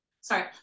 sorry